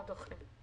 לא דוחים.